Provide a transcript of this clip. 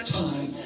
time